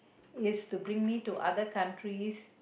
is to bring me to other countries